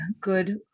good